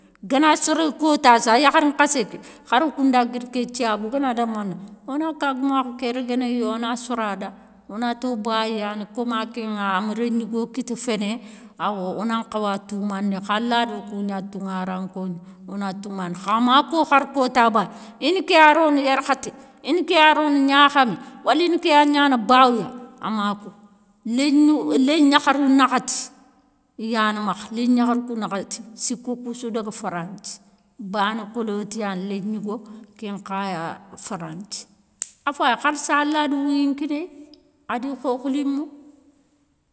Gana soré kotassou a yakhari nkhassé ké. kharo koun nda guiri ké tiyabou oganadamana, ona kagoumakhou ké réguénéya ona sora da onato bayiyani koma kénŋa ama rén gnigo kita féné, awa onankhawa toumandini, khalla do kou gna tounŋaranko, ona toumandi, kha ma ko khar kota bané. ini kéya roni yarkhaté, ini ké ya roni gnakhamé, waline kéya gna na bawouya, ama ko léngnou, lingnakharou nakhati, iyana makha, lén gnakharou kou nakhati, siko koussou daga franthi, bane koliti yani lingnigo, kén nkhaya franthi, afayi kharssa alla yana wouyi nkinéy adi khokhlinŋou.